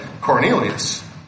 Cornelius